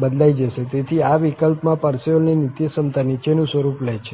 બદલાઈ જશે તેથી આ વિકલ્પમાં પારસેવલની નિત્યસમતા નીચેનું સ્વરૂપ લે છે